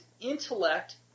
intellect